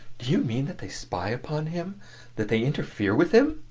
do you mean that they spy upon him that they interfere with him?